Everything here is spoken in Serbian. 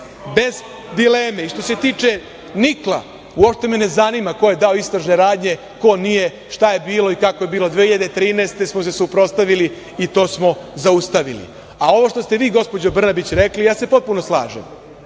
bez dileme. Što se tiče nikla, uopšte me ne zanima ko je dao istražne radnje, ko nije, šta je bilo i kako je bilo, 2013. godine smo se suprotstavili i to smo zaustavili. A ovo što ste vi, gospođo Brnabić, rekli, ja se potpuno slažem,